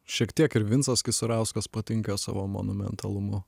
šiek tiek ir vincas kisarauskas patinka savo monumentalumu